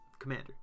commander